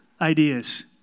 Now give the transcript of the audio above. ideas